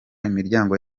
imiryango